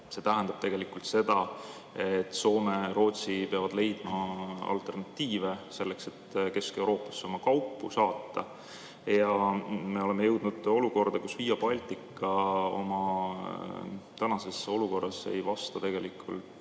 See tähendab seda, et Soome ja Rootsi peavad leidma alternatiive selleks, et Kesk-Euroopasse oma kaupu saata. Me oleme jõudnud olukorda, kus Via Baltica oma praeguses seisu ei vasta tegelikult